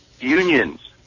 unions